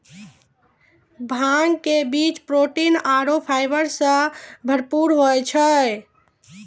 भांग के बीज प्रोटीन आरो फाइबर सॅ भरपूर होय छै